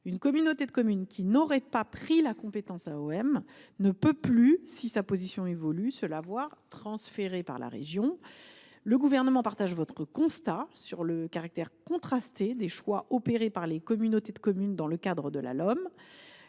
une communauté de communes qui n’aurait pas pris la compétence « mobilité » ne peut plus, si sa position évolue, se la voir transférer par la région. Le Gouvernement partage votre constat sur le caractère contrasté des choix effectués par les communautés de communes dans le cadre de la LOM.